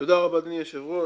תודה רבה אדוני היושב-ראש.